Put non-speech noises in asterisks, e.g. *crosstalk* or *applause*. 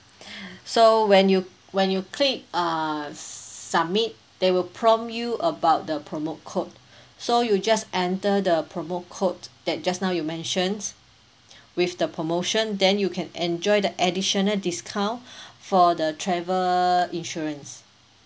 *breath* so when you when you click uh submit there will prompt you about the promo code so you just enter the promo code that just now you mentioned with the promotion then you can enjoy the additional discount for the travel insurance